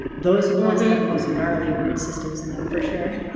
those are the ones are the most gnarly root systems in them for sure.